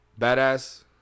badass